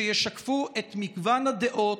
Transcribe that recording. שישקפו את מגוון הדעות,